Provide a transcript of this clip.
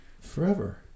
Forever